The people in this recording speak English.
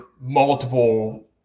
Multiple